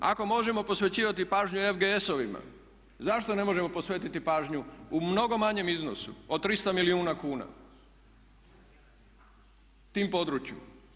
Ako možemo posvećivati pažnju FGS-ovima, zašto ne možemo posvetiti pažnju u mnogo manjem iznosu od 300 milijuna kuna tim području.